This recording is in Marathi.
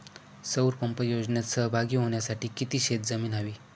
सौर पंप योजनेत सहभागी होण्यासाठी किती शेत जमीन हवी?